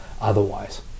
otherwise